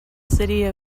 city